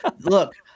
look